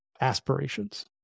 aspirations